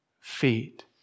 feet